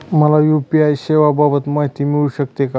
मला यू.पी.आय सेवांबाबत माहिती मिळू शकते का?